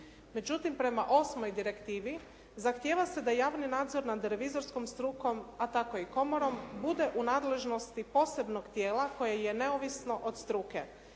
Međutim prema osmoj direktivi zahtjeva se da javni nadzor nad revizorskom strukom, a tako i komorom bude u nadležnosti posebnog tijela koje je neovisno od struke,